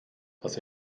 dass